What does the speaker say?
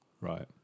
Right